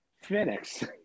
Phoenix